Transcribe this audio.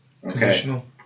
Conditional